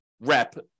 rep